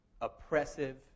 oppressive